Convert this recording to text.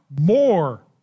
more